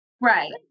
right